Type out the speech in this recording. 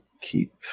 keep